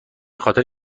خاطر